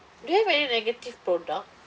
do you have any negative product